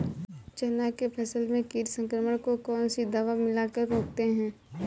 चना के फसल में कीट संक्रमण को कौन सी दवा मिला कर रोकते हैं?